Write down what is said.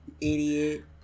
idiot